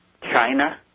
China